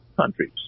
countries